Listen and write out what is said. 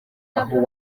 aho